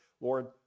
Lord